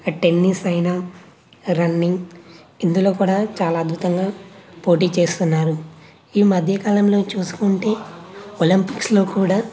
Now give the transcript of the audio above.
tennis అయినా running ఇందులో కూడా చాలా అద్భుతంగా పోటీ చేస్తున్నారు ఈ మధ్యకాలంలో చూసుకుంటే ఒలంపిక్స్లో కూడా